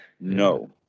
No